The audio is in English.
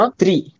three